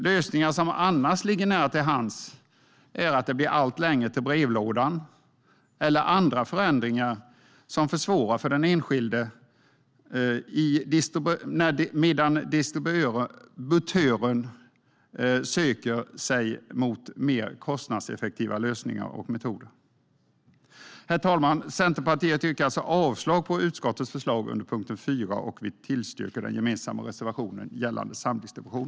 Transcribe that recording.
Lösningar som annars ligger nära till hands är att det blir allt längre till brevlådan eller andra förändringar som försvårar för den enskilde när distributören söker sig mot mer kostnadseffektiva lösningar och metoder. Herr talman! Centerpartiet yrkar alltså avslag på utskottets förslag under punkten 4, och vi yrkar bifall till den gemensamma reservationen 4 om samdistribution.